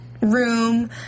room